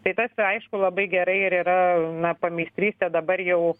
tai tas aišku labai gerai ir yra na pameistrystė dabar jau